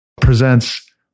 presents